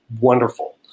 wonderful